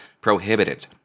prohibited